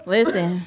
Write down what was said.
Listen